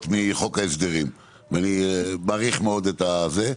מחוק ההסדרים ואני מעריך מאוד את הזה.